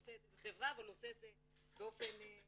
עושה את זה בחברה אבל הוא עושה את זה באופן עצמאי,